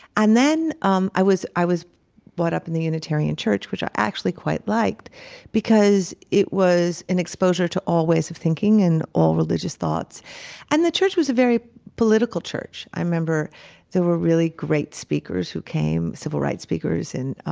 and then um i was i was brought up in the unitarian church which i actually quite liked because it was an exposure to all ways of thinking and all religious thoughts and the church was a very political church. i remember there were really great speakers who came, civil rights speakers and,